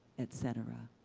et cetera,